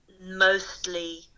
mostly